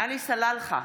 עלי סלאלחה,